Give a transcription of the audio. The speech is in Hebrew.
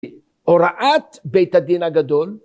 ‫הוראת בית הדין הגדול.